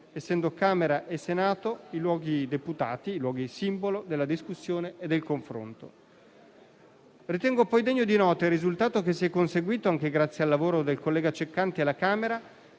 essendo Camera e Senato i luoghi deputati, i luoghi simbolo della discussione e del confronto. Ritengo poi degno di nota il risultato che si è conseguito anche grazie al lavoro del collega Ceccanti alla Camera